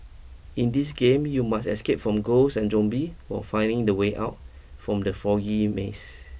in this game you must escape from ghosts and zombie while finding the way out from the foggy maze